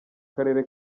karere